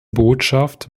botschaft